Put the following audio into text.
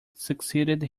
succeeded